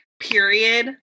period